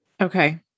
Okay